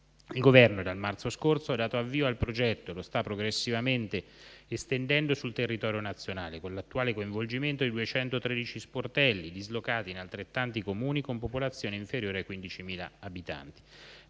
Il Governo, dal marzo scorso, ha dato avvio al progetto e lo sta progressivamente estendendo sul territorio nazionale, con l'attuale coinvolgimento di 213 sportelli dislocati in altrettanti Comuni con popolazione inferiore ai 15.000 abitanti.